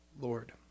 Lord